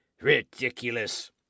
ridiculous